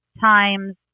times